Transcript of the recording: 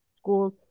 schools